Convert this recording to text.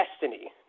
destiny